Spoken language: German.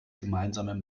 gemeinsame